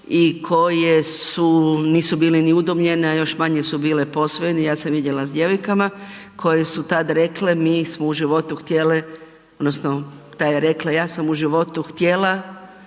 i koje su, nisu bile ni udomljene, a još manje su bile posvojene, ja sam vidjela s djevojkama koje su tad rekle, mi smo u životu htjele, odnosno ta je rekla, ja sam u životu htjela